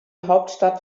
hauptstadt